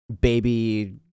baby